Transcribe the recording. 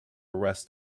rest